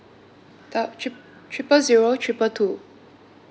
doub~ trip~ triple zero triple two